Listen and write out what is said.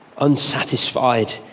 unsatisfied